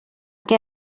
què